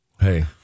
Hey